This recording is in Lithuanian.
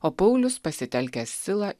o paulius pasitelkęs silą